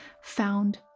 found